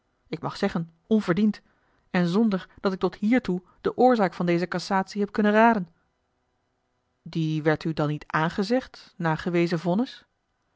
ik mag zeggen onverdiend en zonder dat ik tot hiertoe de oorzaak van deze cassatie heb kunnen raden die werd u dan niet aangezegd na gewezen vonnis